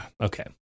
Okay